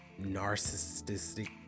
narcissistic